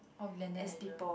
or Glenden and Jer